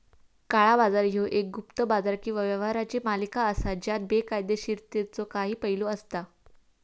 काळा बाजार ह्यो एक गुप्त बाजार किंवा व्यवहारांची मालिका असा ज्यात बेकायदोशीरतेचो काही पैलू असता